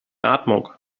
atmung